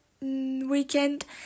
weekend